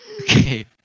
Okay